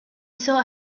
saw